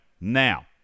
now